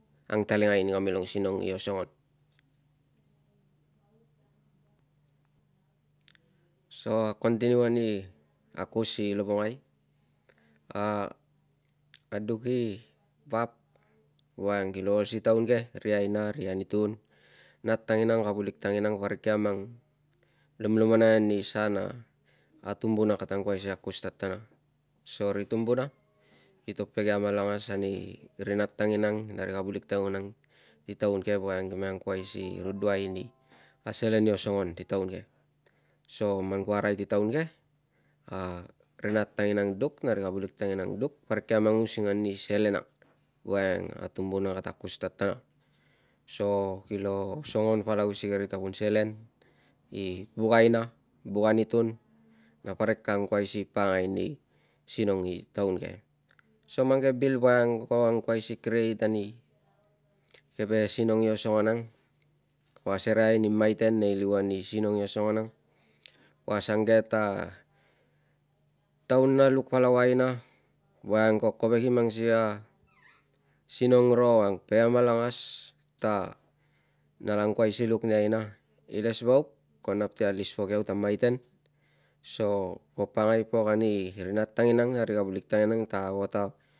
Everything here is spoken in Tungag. Angtalingai mi kamilong sinong i osongon. So continue ani akus i lovongai a aduk i vap voiang kilo ol si taun ke ri aina ri ani tun nat tanginang kavulik tanginang parik ki amang lomlomonai ni sa a tumbuna kata angkuai si akus ta tana so ri tumbuna kito pege amalangas ani ri nat tanginang na ri kavulik tanginang i taun ke voiang ki me angkuai si ruduai ni selen i osongon si taun ke. So man ku arai si taun ke a ri nat tanginang uk na ri kavulik tanginang duk parik kia ngon using an ani selen ang. Voiang a tumbuna kata angkuai si akus ta tana so kilo osongon palau si karia t akun selen i buk aina buk an utun na parik ka angkuai si pakangai si pakangai ani sinong i taun ke so mang ke bil voiang ko angkuai si create ani sinong i osongon kon asereai ani maiten nei liuan i osongon ang. Ko asong ke ta taun na luk palau a aina voiang parik ka tagon nala ang koi si luk ni aina iles vauk ko angkuai si alis pok anig ta maiten so so ka pakangai pok ani ri nat tanginang na kavulik tanginang ta ago ta